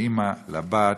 האימא לבת,